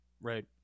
Right